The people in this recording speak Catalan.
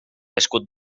escut